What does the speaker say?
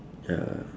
ya